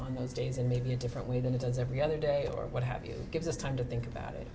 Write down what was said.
on those days and maybe a different way than it does every other day or what have you gives us time to think about it